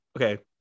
okay